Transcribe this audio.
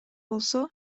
болсо